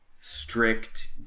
strict